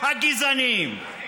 הגזענים.